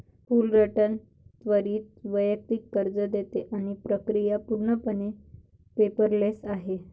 Fullerton त्वरित वैयक्तिक कर्ज देते आणि प्रक्रिया पूर्णपणे पेपरलेस आहे